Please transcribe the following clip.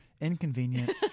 inconvenient